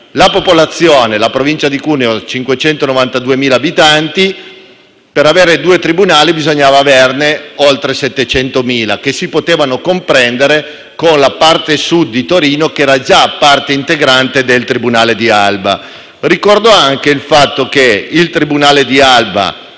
La popolazione della Provincia di Cuneo è di 592.000 abitanti e per avere due tribunali bisognava che la popolazione fosse di oltre 700.000 abitanti, che si potevano comprendere con la parte Sud di Torino, che era già parte integrante del tribunale di Alba. Ricordo anche il fatto che il tribunale di Alba